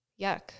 Yuck